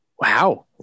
Wow